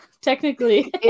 technically